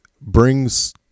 brings